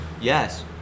Yes